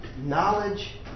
knowledge